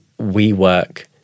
WeWork